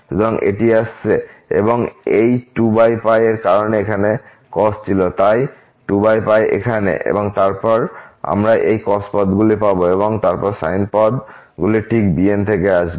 সুতরাং এটি আসছে এবং এই 2 এর কারণে এখানে cos ছিল তাই 2 এখানে এবং তারপর আমরা এই cos পদগুলি পাব এবং তারপর সাইন পদগুলি ঠিক bn থেকে আসবে